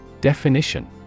Definition